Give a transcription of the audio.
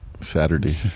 Saturday